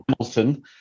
Hamilton